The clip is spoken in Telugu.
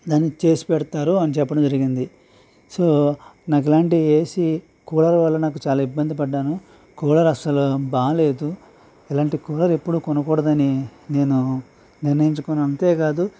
దాన్ని చేసి పెడుతారు అని చెప్పడం జరిగింది సో నాకు ఇలాంటి ఏసీ కూలర్ వలన చాలా ఇబ్బంది పడ్డాను కూలర్ అస్సలు బాగాలేదు ఇలాంటి కూలర్ ఎప్పుడూ కొనకూడదని నేను నిర్ణయించుకున్న అంతే కాదు